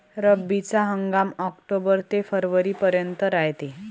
रब्बीचा हंगाम आक्टोबर ते फरवरीपर्यंत रायते